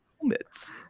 helmets